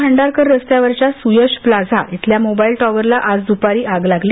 भांडारकर रस्त्यावरच्या सुयश प्लाझा इथल्या मोबाईल टॉवरला आज दुपारी आग लागली